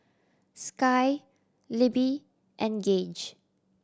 Sky Libbie and Gauge